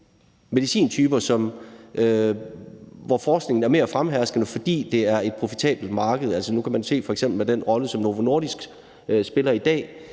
medicintyper, hvor forskningen er længere fremme, fordi det er et profitabelt marked. Nu kan man f.eks. se det i forhold til den rolle, som Novo Nordisk spiller i dag